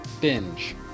binge